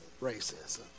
racism